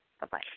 bye-bye